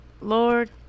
lord